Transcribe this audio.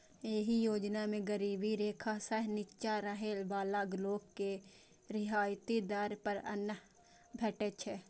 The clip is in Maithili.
एहि योजना मे गरीबी रेखा सं निच्चा रहै बला लोक के रियायती दर पर अन्न भेटै छै